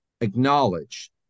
acknowledge